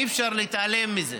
אי-אפשר להתעלם מזה,